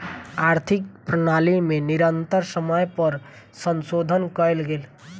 आर्थिक प्रणाली में निरंतर समय पर संशोधन कयल गेल